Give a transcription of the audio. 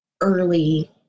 early